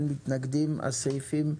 הצבעה אושר הסעיפים,